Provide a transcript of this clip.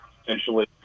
potentially